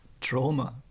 trauma